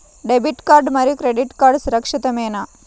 Debit card మరియు credit card సురక్షితమేనా?